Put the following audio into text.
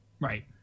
Right